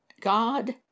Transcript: god